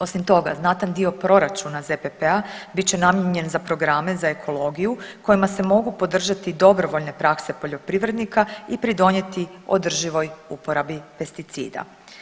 Osim toga znatan dio proračuna ZPP-a bit će namijenjen za programe za ekologiju kojima se mogu podržati i dobrovoljne prakse poljoprivrednika i pridonijeti održivoj uporabi pesticida.